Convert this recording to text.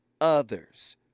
others